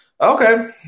Okay